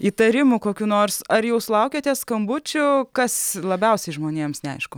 įtarimų kokių nors ar jau laukėte skambučių kas labiausiai žmonėms neaišku